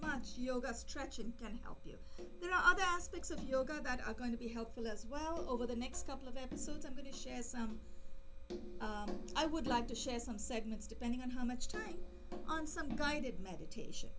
much yoga stretching can help you know the aspects of yoga that are going to be helpful as well over the next couple of episodes i'm going to share some i would like to share some segments depending on how much time on some guided meditation